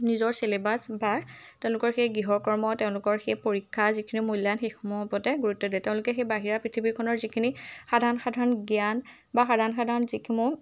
নিজৰ চিলেবাছ বা তেওঁলোকৰ সেই গৃহকৰ্ম তেওঁলোকৰ সেই পৰীক্ষা যিখিনি মূল্যায়ন সেইসমূহৰ ওপৰতে গুৰুত্ব দিয়ে তেওঁলোকে সেই বাহিৰা পৃথিৱীখনৰ যিখিনি সাধাৰণ সাধাৰণ জ্ঞান বা সাধাৰণ সাধাৰণ যিসমূহ